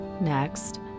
Next